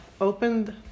opened